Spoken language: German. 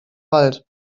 wald